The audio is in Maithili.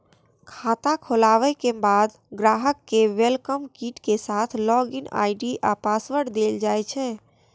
खाता खोलाबे के बाद ग्राहक कें वेलकम किट के साथ लॉग इन आई.डी आ पासवर्ड देल जाइ छै